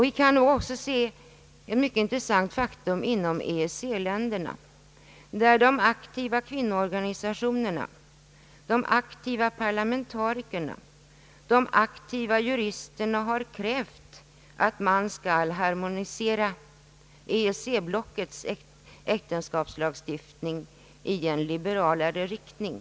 Vi kan också se ett mycket intressant faktum inom EEC-länderna, där de aktiva kvinnoorganisationerna, de aktiva parlamentarikerna och de aktiva juristerna har krävt att man skall harmonisera EEC-blockets äktenskapslagstiftning i en liberalare riktning.